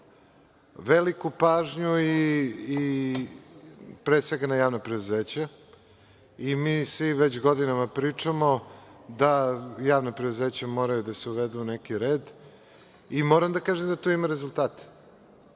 veliku pažnju na javna preduzeća i mi svi već godinama pričamo da javna preduzeća moraju da se uvedu u neki red. Moram da kažem da tu ima rezultata. Kad